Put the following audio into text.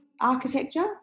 architecture